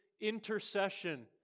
intercession